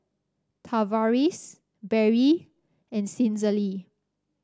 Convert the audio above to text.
Tavaris Berry and Cicely